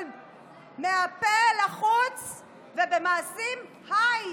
אבל מהפה לחוץ, ובמעשים, אין.